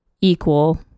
equal